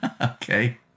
Okay